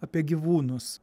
apie gyvūnus